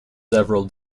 several